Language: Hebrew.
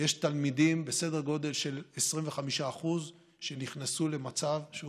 יש תלמידים בסדר גודל של 25% שנכנסו למצב שהוא